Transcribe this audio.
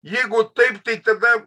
jeigu taip tai tada